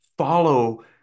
follow